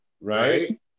Right